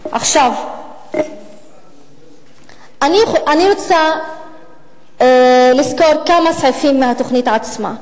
עכשיו, אני רוצה לסקור כמה סעיפים בתוכנית עצמה.